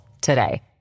today